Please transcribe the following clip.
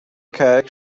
cake